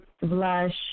Blush